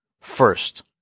First